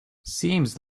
seems